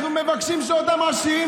אנחנו מבקשים שאותם עשירים,